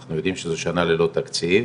אנחנו יודעים שזאת שנה ללא תקציב,